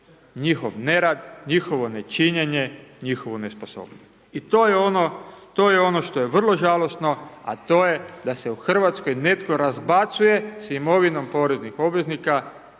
njihov nerad, njihovo nečinjenje, njihovu nesposobnost, i to je ono, to je ono što je vrlo žalosno, a to je da se u Hrvatskoj netko razbacuje s imovinom poreznih obveznika